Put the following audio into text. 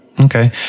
Okay